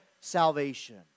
salvation